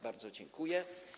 Bardzo dziękuję.